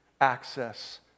access